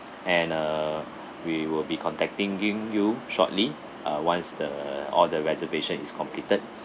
and uh we will be contacting you shortly uh once the all the reservation is completed